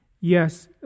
Yes